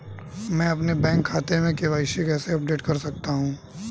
मैं अपने बैंक खाते में के.वाई.सी कैसे अपडेट कर सकता हूँ?